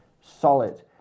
solid